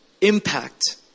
impact